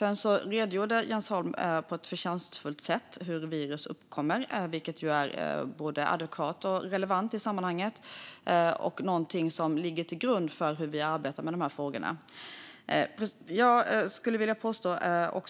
Jens Holm redogjorde på ett förtjänstfullt sätt för hur virus uppkommer, vilket ju är både adekvat och relevant i sammanhanget och något som ligger till grund för hur vi arbetar med de här frågorna. Jag skulle också vilja påstå